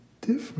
different